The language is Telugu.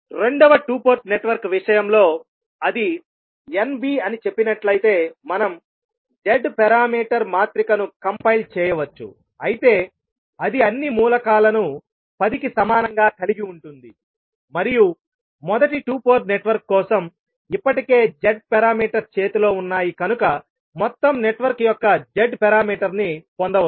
రెండవ 2 పోర్ట్ నెట్వర్క్ విషయంలో అది Nb అని చెప్పినట్లయితే మనం Z పారామీటర్ మాత్రిక ను కంపైల్ చేయవచ్చు అయితే అది అన్ని మూలకాలను 10 కి సమానంగా కలిగి ఉంటుంది మరియు మొదటి 2 పోర్ట్ నెట్వర్క్ కోసం ఇప్పటికే Z పారామీటర్స్ చేతిలో ఉన్నాయి కనుక మొత్తం నెట్వర్క్ యొక్క Z పారామీటర్ ని పొందవచ్చు